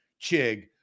Chig